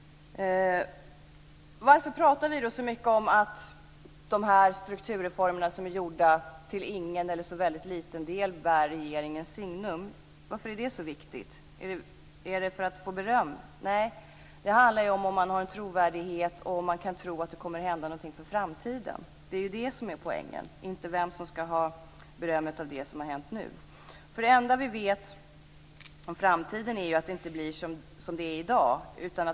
Varför pratar vi då så mycket om att de strukturreformer som är gjorda till ingen, eller så väldigt liten, del bär regeringens signum? Varför är det så viktigt? Är det för att få beröm? Nej, det handlar om ifall man har en trovärdighet, och om man kan tro att det kommer att hända någonting för framtiden. Det är det som är poängen - inte vem som ska ha beröm för det som har hänt nu. Det enda vi vet om framtiden är ju att det inte blir som det är i dag.